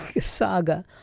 saga